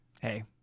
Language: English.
Hey